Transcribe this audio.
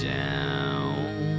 down